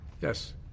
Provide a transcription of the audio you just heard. Yes